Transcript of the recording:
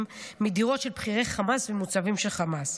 מדירות של בכירי חמאס ומהמוצבים של חמאס.